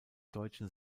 deutschen